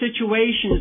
situations